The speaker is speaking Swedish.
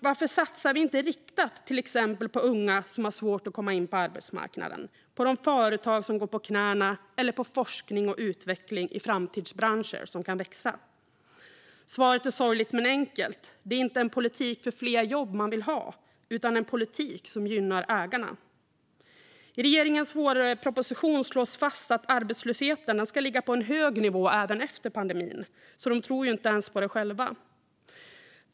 Varför satsar vi inte riktat till exempel på unga som har svårt att komma in på arbetsmarknaden, på företag som går på knäna eller på forskning och utveckling i framtidsbranscher som kan växa? Svaret är sorgligt men enkelt: Det är inte en politik för fler jobb man vill ha utan en politik som gynnar ägarna. I regeringens vårproposition slås fast att arbetslösheten ska ligga på en hög nivå även efter pandemin. De tror alltså inte ens på detta själva.